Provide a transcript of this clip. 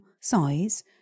size